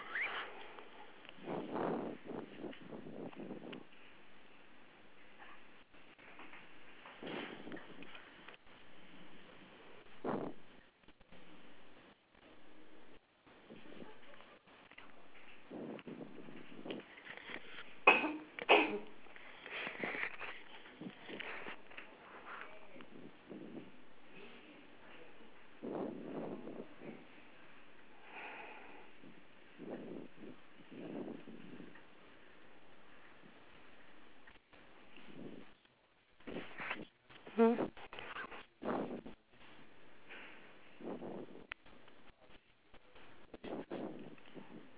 hmm